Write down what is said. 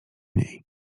niej